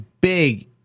big